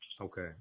Okay